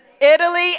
Italy